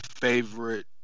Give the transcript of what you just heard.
favorite